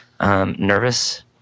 Nervous